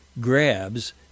grabs